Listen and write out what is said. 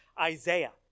Isaiah